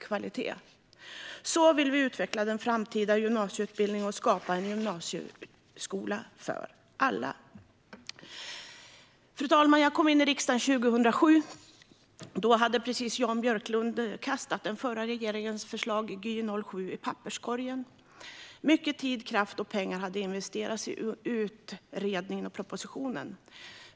På detta sätt vill vi utveckla den framtida gymnasieutbildningen och skapa en gymnasieskola för alla. Fru talman! Jag kom in i riksdagen 2007. Då hade Jan Björklund precis kastat den föregående regeringens förslag Gy 2007 i papperskorgen. Mycket tid, kraft och pengar hade investerats i utredningen och propositionen.